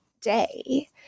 day